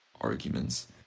arguments